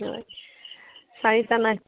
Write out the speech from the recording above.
হয় চাৰিটা নাৰিকল